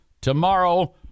Tomorrow